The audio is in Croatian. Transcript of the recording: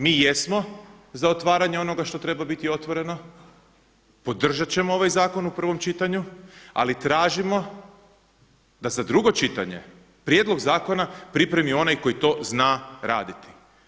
Mi jesmo za otvaranje onoga što treba biti otvoreno, podržat ćemo ovaj zakon u prvom čitanju, ali tražimo da za drugo čitanje Prijedlog zakona pripremi onaj koji to zna raditi.